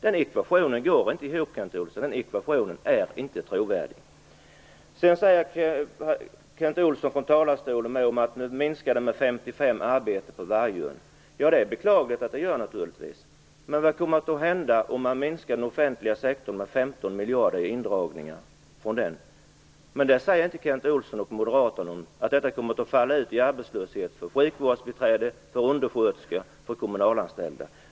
Den ekvationen går inte ihop, Kent Olsson. Den ekvationen är inte trovärdig. Kent Olsson sade också att 55 arbetstillfällen försvinner från Vargön, och det är naturligtvis beklagligt. Men vad kommer att hända om man drar in 15 miljarder från den offentliga sektorn? Kent Olsson och Moderaterna säger inte att detta kommer att resultera i arbetslöshet för sjukvårdsbiträden, undersköterskor och kommunalanställda.